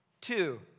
Two